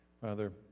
Father